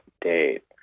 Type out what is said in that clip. date